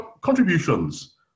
Contributions